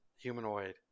Humanoid